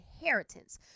inheritance